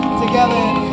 together